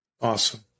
Awesome